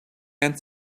and